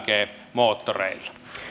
moottoreilla